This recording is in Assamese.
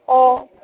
অঁ